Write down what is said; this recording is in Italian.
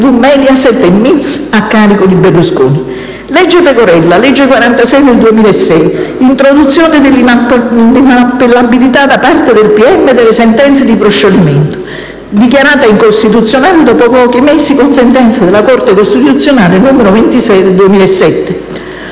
e"MiIls" a carico di Berlusconi). • "Legge Pecorella" (legge n. 46 del 2006): introduzione dell'inappellabilità da parte del PM delle sentenze di proscioglimento, dichiarata incostituzionale dopo pochi mesi, con sentenza della Corte costituzionale n. 26 del 2007.